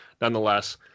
nonetheless